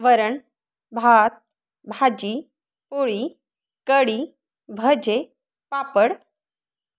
वरण भात भाजी पोळी कडी भजे पापड